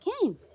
came